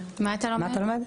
מה אתה לומד?